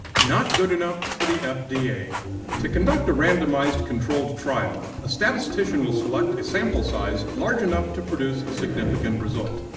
not good enough for the fda. to conduct a randomized controlled trial, a statistician will select a sample size large enough to produce a significant result.